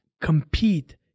compete